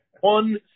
One